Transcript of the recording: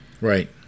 Right